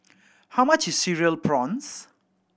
how much is Cereal Prawns